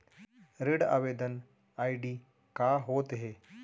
ऋण आवेदन आई.डी का होत हे?